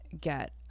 get